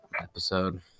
episode